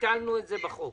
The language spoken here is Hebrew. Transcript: ביטלנו את זה בחוק.